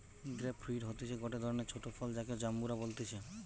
grape fruit হতিছে গটে ধরণের ছোট ফল যাকে জাম্বুরা বলতিছে